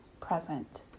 present